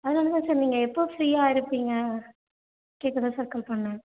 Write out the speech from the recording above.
அதனால் தான் சார் நீங்கள் எப்போ ஃப்ரீயாக இருப்பிங்க கேட்க தான் சார் கால் பண்ணேன்